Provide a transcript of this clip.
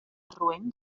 roent